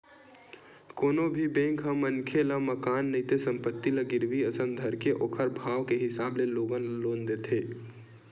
कोनो भी बेंक ह मनखे ल मकान नइते संपत्ति ल गिरवी असन धरके ओखर भाव के हिसाब ले लोगन ल लोन देथे